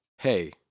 Hey